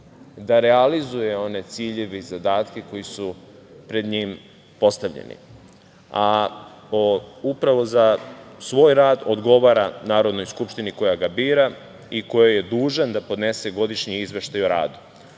da realizuje one ciljeve i zadatke koji su pred njim postavljeni. Upravo za svoj rad odgovara Narodnoj skupštini koja ga bira i kojoj je dužan da podnese godišnji izveštaj o radu.U